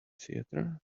theater